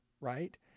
right